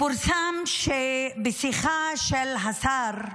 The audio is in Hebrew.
פורסם שבשיחה של השר,